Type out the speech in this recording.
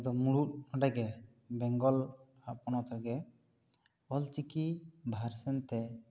ᱫᱚ ᱢᱩᱬᱩᱛ ᱚᱸᱰᱮ ᱜᱮ ᱵᱮᱝᱜᱚᱞ ᱯᱚᱱᱚᱛ ᱨᱮᱜᱮ ᱚᱞᱪᱤᱠᱤ ᱵᱷᱟᱨᱥᱟᱱ ᱛᱮ